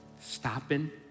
stopping